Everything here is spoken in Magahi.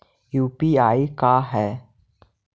यु.पी.आई का है?